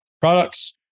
products